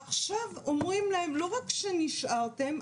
עכשיו אומרים להם: לא רק שנשארתם,